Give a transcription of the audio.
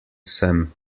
sem